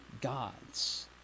God's